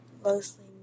Mostly